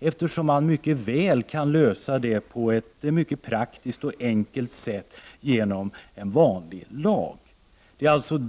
eftersom sådana frågor kan lösas mycket praktiskt och enkelt genom en vanlig lag.